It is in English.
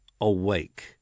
awake